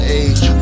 age